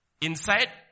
inside